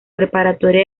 preparatoria